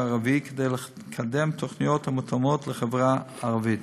הערבי כדי לקדם תוכניות המותאמות לחברה הערבית.